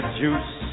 juice